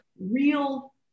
real